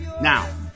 Now